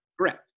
Correct